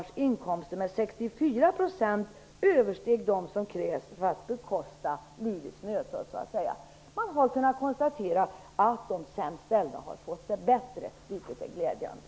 64 % översteg dem som krävs för att bekosta livets nödtorft. Man har kunnat konstatera att de sämst ställa har fått det bättre, vilket är glädjande.